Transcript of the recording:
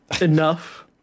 enough